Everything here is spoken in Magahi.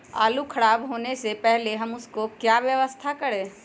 आलू खराब होने से पहले हम उसको क्या व्यवस्था करें?